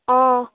অঁ